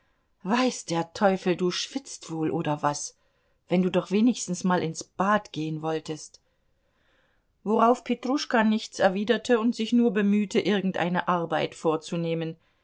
weiß der teufel du schwitzt wohl oder was wenn du doch wenigstens mal ins bad gehen wolltest worauf petruschka nichts erwiderte und sich nur bemühte irgendeine arbeit vorzunehmen